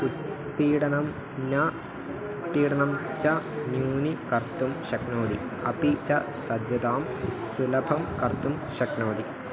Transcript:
उत्पीडनं न पीडनं च न्यूनीकर्तुं शक्नोति अपि च सज्जतां सुलभं कर्तुं शक्नोति